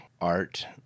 art